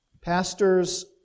Pastors